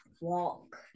Walk